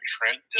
Trent